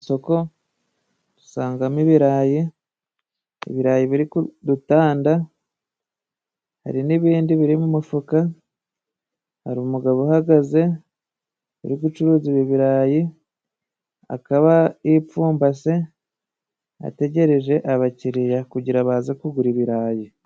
Isoko usangamo ibirayi ,ibirayi biri Ku dutanda hari n'ibindi biri mu mufuka, hari umugabo uhagaze uri gucuruza ibi ibirayi akaba yipfumbase ategereje abakiriya kugira baze kugura ibirayi.